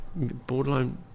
Borderline